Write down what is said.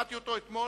ושמעתי אותו אתמול